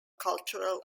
cultural